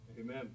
Amen